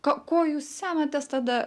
ko ko jūs semiatės tada